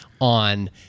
on